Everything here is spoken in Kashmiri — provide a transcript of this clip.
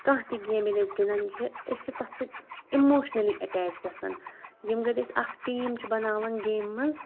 کانٛہہ تہِ گیم ییٚلہِ أسۍ گِنٛدَان چھِ أسۍ چھِ تَتھ سۭتۍ اِموشنٔلی اَٹیچ گژھان یِم گٲنٛٹہِ أسۍ اَکھ ٹیٖم چھِ بَناوان گیمہِ منٛز